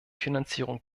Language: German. finanzierung